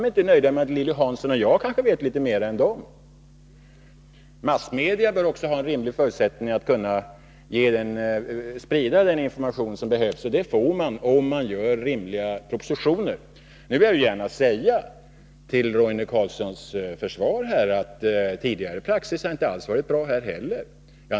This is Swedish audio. De är inte nöjda med att Lilly Hansson och jag kanske vet litet mer än de. Massmedia bör också ha en rimlig förutsättning att kunna sprida den information som behövs, och det får man om det skrivs rimliga propositioner. Jag vill gärna säga, till Roine Carlssons försvar, att tidigare praxis heller inte alls har varit bra.